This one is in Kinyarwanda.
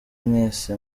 mwese